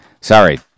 Sorry